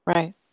Right